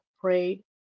prayed